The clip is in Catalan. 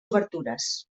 obertures